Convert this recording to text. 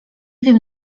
wiem